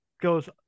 goes